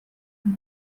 آنها